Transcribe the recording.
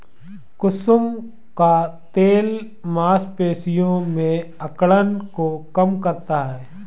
कुसुम का तेल मांसपेशियों में अकड़न को कम करता है